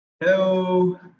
Hello